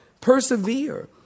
Persevere